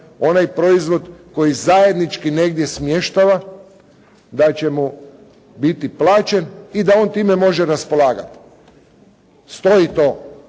onaj proizvod koji zajednički smještava, da će mu biti plaćen i da on time može raspolagati. Stoji to